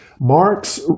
Marx